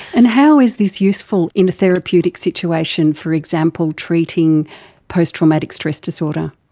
and how is this useful in a therapeutic situation, for example treating post-traumatic stress disorder?